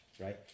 right